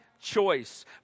choice